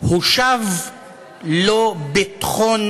הושב ביטחון